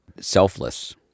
selfless